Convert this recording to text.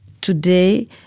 today